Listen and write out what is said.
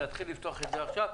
להתחיל לפתוח את זה עכשיו.